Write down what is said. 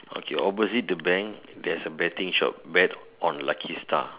okay opposite the bank there's a betting shop bet on lucky star